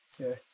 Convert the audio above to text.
Okay